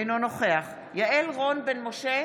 אינו נוכח יעל רון בן משה,